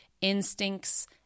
instincts